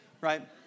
Right